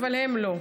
הם לא.